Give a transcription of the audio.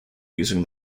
using